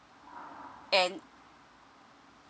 and